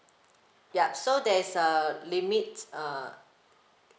ya so there's a limit err